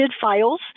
files